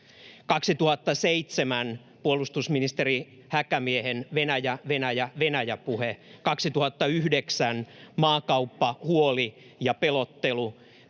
2007 puolustusministeri Häkämiehen Venäjä, Venäjä, Venäjä ‑puhe. Vuonna 2009 maakauppahuoli ja väitteet,